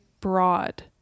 broad